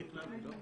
לא.